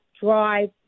drive